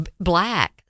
black